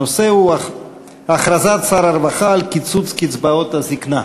הנושא הוא: הכרזת שר הרווחה על קיצוץ קצבאות הזיקנה.